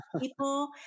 people